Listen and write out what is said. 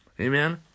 Amen